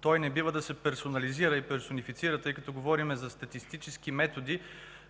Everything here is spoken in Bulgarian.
Той не бива да се персонализира и персонифицира, тъй като говорим за статистически методи,